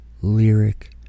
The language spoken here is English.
lyric